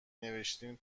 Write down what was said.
نوشتین